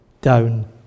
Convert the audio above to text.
down